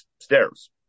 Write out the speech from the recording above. stairs